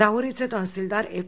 राहूरीचे तहसीलदार एफ